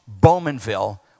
Bowmanville